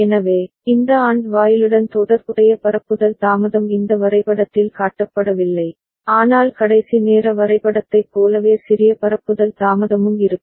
எனவே இந்த AND வாயிலுடன் தொடர்புடைய பரப்புதல் தாமதம் இந்த வரைபடத்தில் காட்டப்படவில்லை ஆனால் கடைசி நேர வரைபடத்தைப் போலவே சிறிய பரப்புதல் தாமதமும் இருக்கும்